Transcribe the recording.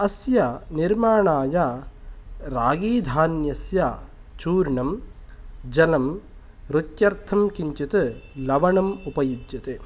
अस्य निर्माणाय रागीधान्यस्य चूर्णं जलं रुच्यर्थं किञ्चित् लवणम् उपयुज्यते